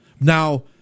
Now